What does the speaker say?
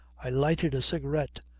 i lighted a cigarette,